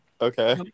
Okay